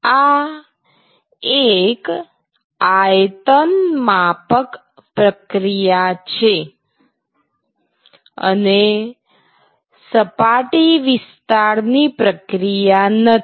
આ એક આયતનમાપક પ્રક્રિયા છે અને સપાટી વિસ્તાર ની પ્રક્રિયા નથી